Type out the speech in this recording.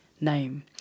name